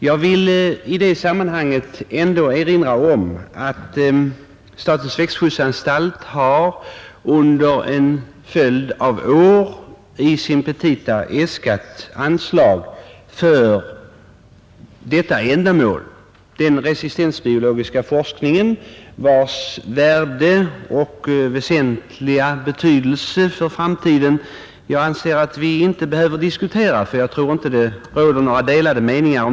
Jag vill i detta sammanhang erinra om att statens växtskyddsanstalt under en följd av år i sina petita äskat anslag till den resistensbiologiska forskningen, vars värde och väsentliga betydelse för framtiden vi inte behöver diskutera, eftersom några delade meningar därom inte torde föreligga.